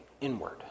inward